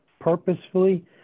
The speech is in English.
purposefully